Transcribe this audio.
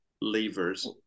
levers